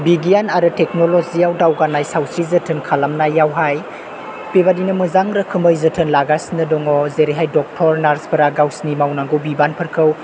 बिगियान आरो टेक्नलजिआव दावगानाय सावस्रि जोथोन खालामनायावहाय बेबादिनो मोजां रोखोमै जोथोन लागासिनो दङ जेरैहाय डक्टर नार्सफोरा गावसिनि मावनांगौ बिबानफोरखौ